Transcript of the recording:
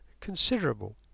considerable